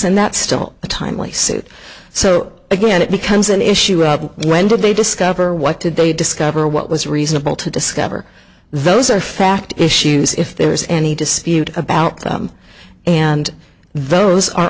and that's still a timely suit so again it becomes an issue of when did they discover what did they discover what was reasonable to discover those are fact issues if there is any dispute about them and those are